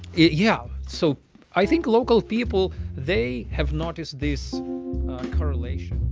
yeah. so i think local people they have noticed this correlation